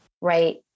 right